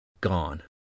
gone